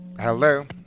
Hello